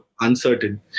uncertain